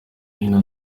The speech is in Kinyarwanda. hino